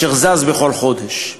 שזז בכל חודש,